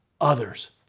others